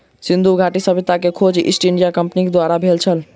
सिंधु घाटी सभ्यता के खोज ईस्ट इंडिया कंपनीक द्वारा भेल छल